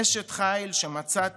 אשת חיל שמצאתי,